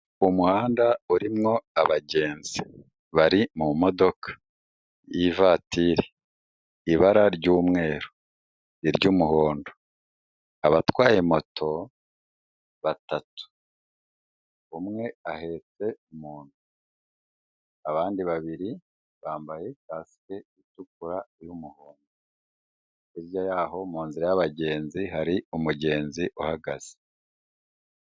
Umuhanda urimwo abagenzi bari mu modoka y'ivatiri, ibara ry'umweru, iry'umuhondo, abatwaye moto batatu, umwe ahetse umuntu, abandi babiri bambaye kasike itukura y'umuhondo, hirya yaho mu nzira y'abagenzi hari umugenzi uhagaze.